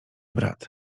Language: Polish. brat